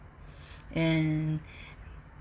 and